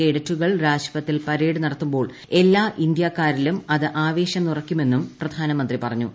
കേഡറ്റുകൾ രാജ്പഥിൽ പരേഡ് നടത്തുമ്പോൾ എല്ലാ ഇന്ത്യാക്കാരിലും അത് ആവേശം നിറക്കുമെന്നും പ്രധാനമന്ത്രി പറഞ്ഞു